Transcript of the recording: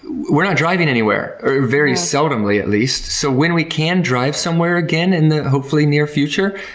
we're not driving anywhere, or very seldomly at least, so when we can drive somewhere again in the hopefully near future,